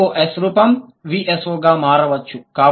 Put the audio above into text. VOS రూపం VSO గా మారవచ్చు